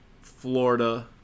Florida